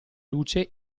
luce